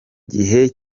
gihe